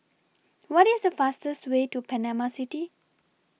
What IS The fastest Way to Panama City